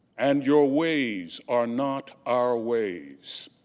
and your ways are not our ways.